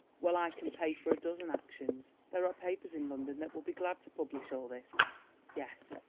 well, i can pay for a dozen actions. there are papers in london that will be glad to publish all this yes,